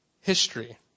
history